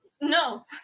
No